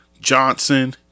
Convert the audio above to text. Johnson